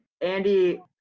Andy